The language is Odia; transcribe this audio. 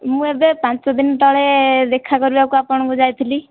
ମୁଁ ଏବେ ପାଞ୍ଚ ଦିନ ତଳେ ଦେଖାକରିବାକୁ ଆପଣଙ୍କୁ ଯାଇଥିଲି